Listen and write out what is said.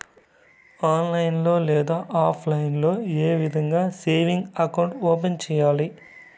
online లో లేదా offline లో ఏ విధంగా సేవింగ్ అకౌంట్ ఓపెన్ సేయాలి